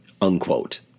unquote